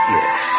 yes